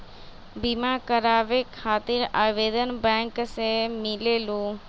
बिमा कराबे खातीर आवेदन बैंक से मिलेलु?